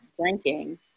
drinking